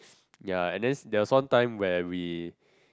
ya and then there was one time where we